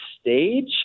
stage